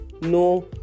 no